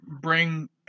bring